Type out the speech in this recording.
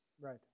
Right